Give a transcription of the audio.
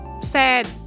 sad